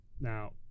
Now